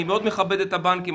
אני מאוד מכבד את הבנקים,